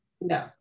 No